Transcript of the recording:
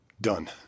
done